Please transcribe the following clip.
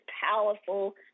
powerful